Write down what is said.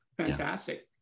fantastic